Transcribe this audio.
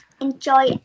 enjoy